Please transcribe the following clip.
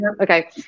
Okay